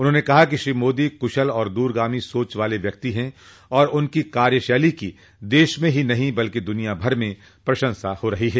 उन्होंने कहा कि श्री मोदी कुशल और दूरगामी सोच वाले व्यक्ति है उनकी कार्यशैली की देश में ही नहीं बल्कि दुनियाभर में प्रशंसा हो रही है